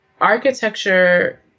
architecture